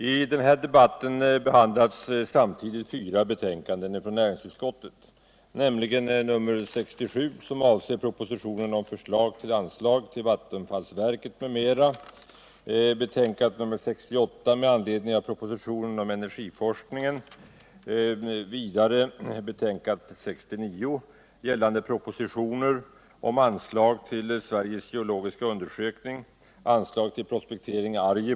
I alla fyra betänkandena behandlas självfallet även de ifrågavarande motionerna.